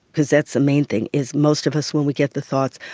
because that's the main thing, is most of us when we get the thoughts,